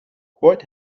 what